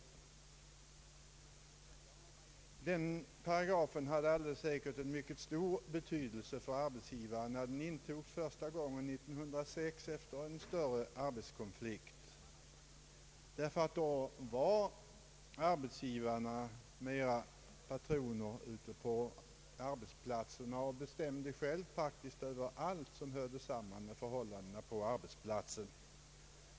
Den paragrafen hade alldeles säkert en mycket stor betydelse för arbetsgivaren, när den intogs första gången 1906 efter en större arbetskonflikt, tv då var arbetsgivarna mera patroner ute på arbetsplatserna och bestämde själva faktiskt över allt som hörde samman med förhållandena där.